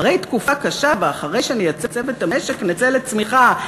אחרי תקופה קשה ואחרי שנייצב את המשק נצא לצמיחה".